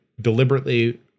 deliberately